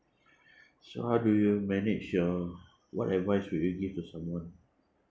so how do you manage your what advice would you give to someone